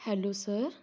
hello sir